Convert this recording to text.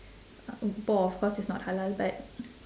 boar of course is not halal but